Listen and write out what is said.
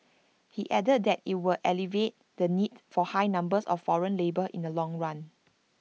he added that IT will alleviate the need for high numbers of foreign labour in the long run